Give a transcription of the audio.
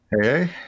Hey